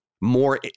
more